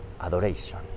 adoration